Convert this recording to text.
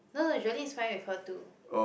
no no Jolene is fine with her too